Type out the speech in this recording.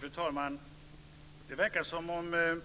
Fru talman! Det verkar som om